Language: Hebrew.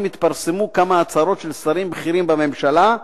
התפרסמו כמה הצהרות של שרים בכירים בממשלה,